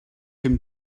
pum